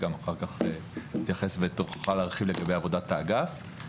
שאחר כך תתייחס ותוכל להרחיב לגבי עבודת האגף.